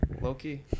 Low-key